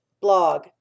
blog